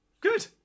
Good